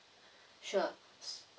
sure